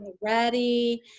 ready